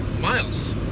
miles